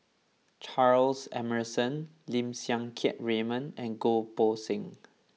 Charles Emmerson Lim Siang Keat Raymond and Goh Poh Seng